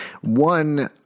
One